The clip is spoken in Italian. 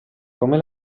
come